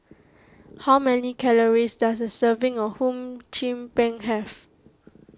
how many calories does a serving of Hum Chim Peng have